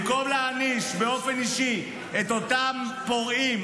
במקום להעניש באופן אישי את אותם פורעים,